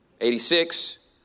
eighty-six